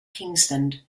kingsland